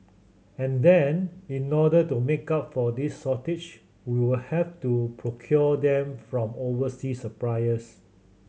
and then in order to make up for this shortage we'll have to procure them from overseas suppliers